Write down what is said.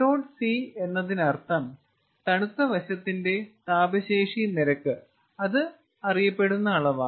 𝑚̇Cഎന്നതിനർത്ഥം തണുത്ത വശത്തിന്റെ താപ ശേഷി നിരക്ക് അത് അറിയപ്പെടുന്ന അളവാണ്